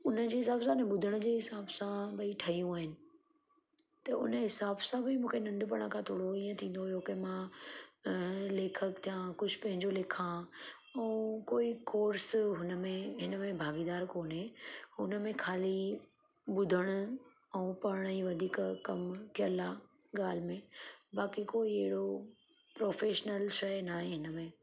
उनजे हिसाब सां ने ॿुधण जे हिसाब सां भई ठहियूं आहिनि त हुन हिसाब सां भई मूंखे नंढपण खां थोरो ईअं थींदो हुओ के मां लेखकु थिया कुझु पंहिंजो लिखां ऐं कोई कोर्स हुन में हिन में भागीदार कोन्हे हुन में खाली ॿुधण ऐं पढ़ण ई वधीक कमु कयल आहे ॻाल्हि में बाक़ी कोई अहिड़ो प्रोफ़ेशनल शइ नाहे हिन में